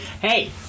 hey